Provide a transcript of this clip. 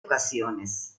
ocasiones